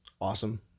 awesome